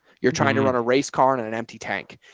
you're trying to run a race car and on an empty tank.